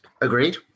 Agreed